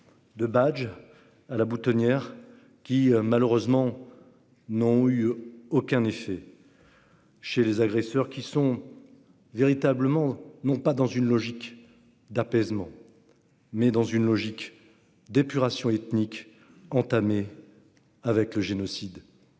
de badge à la boutonnière, qui, malheureusement, n'ont eu aucun effet chez les agresseurs, qui sont véritablement dans une logique non pas d'apaisement, mais d'épuration ethnique, entamée avec le génocide